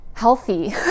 healthy